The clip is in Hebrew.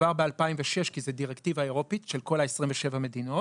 כבר ב-2006 כי זו דירקטיבה אירופית של כל 27 המדינות,